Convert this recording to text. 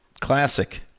classic